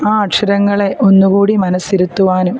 ആ അക്ഷരങ്ങളെ ഒന്നുകൂടി മനസ്സിരുത്തുവാനും